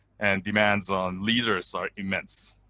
and demands on leaders are immense,